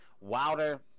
Wilder